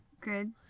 Good